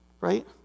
Right